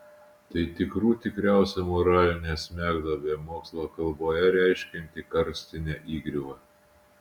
tai tikrų tikriausia moralinė smegduobė mokslo kalboje reiškianti karstinę įgriuvą